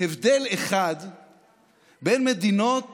הבדל אחד בין מדינות